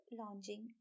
launching